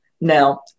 Now